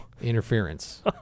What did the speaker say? Interference